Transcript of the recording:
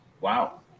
Wow